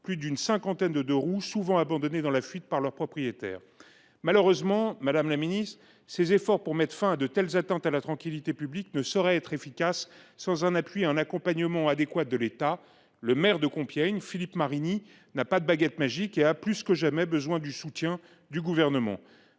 plus d’une cinquantaine de deux roues, souvent abandonnés par leurs propriétaires dans leur fuite. Malheureusement, madame la ministre, ces efforts pour mettre fin à de telles atteintes à la tranquillité publique ne sauraient être efficaces sans un appui et un accompagnement adéquats de l’État. Le maire de Compiègne, Philippe Marini, n’a pas de baguette magique. Plus que jamais, il a besoin du soutien du Gouvernement.